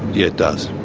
yeah it does,